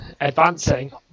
advancing